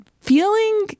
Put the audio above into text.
feeling